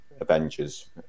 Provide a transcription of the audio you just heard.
Avengers